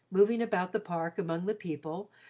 moving about the park among the people,